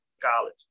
college